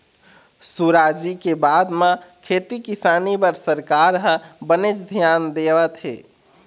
सुराजी के बाद म खेती किसानी बर सरकार ह बनेच धियान देवत हे